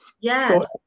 Yes